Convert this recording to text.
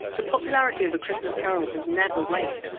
the popularity of a christmas carol has never waned.